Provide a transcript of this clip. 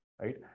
right